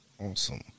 Awesome